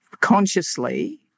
consciously